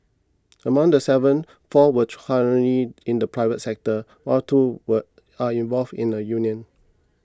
among the seven four were currently in the private sector while two were are involved in the union